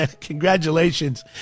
Congratulations